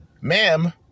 Ma'am